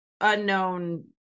unknown